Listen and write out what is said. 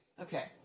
Okay